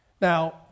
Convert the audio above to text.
Now